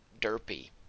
derpy